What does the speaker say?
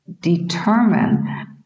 determine